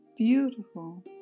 Beautiful